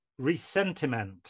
resentiment